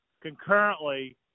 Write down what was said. concurrently